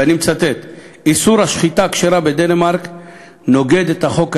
ואני מצטט: איסור שחיטה כשרה בדנמרק נוגד את החוק האירופי.